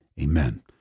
amen